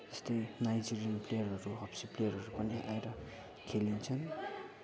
यस्तै नाइजेरियन प्लेयरहरू हब्सी प्लेयरहरू पनि आएर खेलिन्छन्